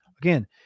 Again